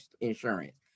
insurance